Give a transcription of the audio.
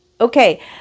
Okay